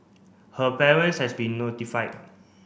her parents has been notified